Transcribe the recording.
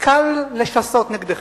קל לשסות נגדכם.